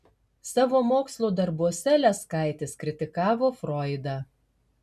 savo mokslo darbuose leskaitis kritikavo froidą